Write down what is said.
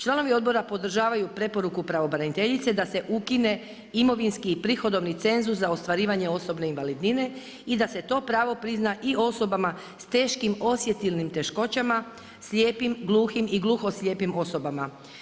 Članovi odbora podržavaju preporuku pravobraniteljice da se ukine imovinski i prihodovni cenzus za ostvarivanje osobne invalidnine i da se to pravo prizna i osobama s teškim osjetilnim teškoćama, slijepim, gluhim i gluho-slijepim osobama.